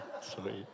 Sweet